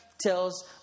tells